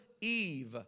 Eve